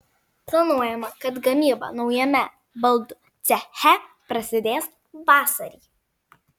planuojama kad gamyba naujame baldų ceche prasidės vasarį